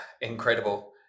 incredible